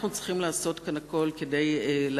אנחנו צריכים לעשות כאן הכול כדי לעצור